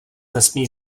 nesmí